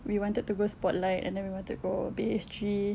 we wanted to go spotlight and then we want to go B_H_G